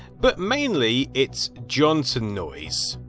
but mainly, it's johnson noise